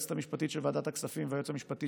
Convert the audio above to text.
ליועצת המשפטית של ועדת הכספים וליועץ המשפטי